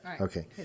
Okay